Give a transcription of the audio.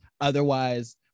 Otherwise